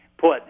put